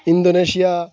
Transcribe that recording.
Indonesia